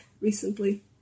recently